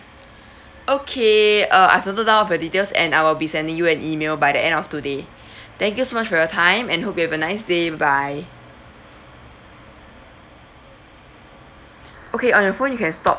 okay uh I've noted down all of your details and I will be sending you an email by the end of today thank you so much for your time and hope you have a nice day bye bye okay on your phone you can stop